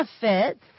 benefits